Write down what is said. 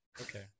Okay